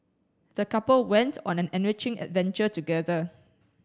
the couple went on an enriching adventure together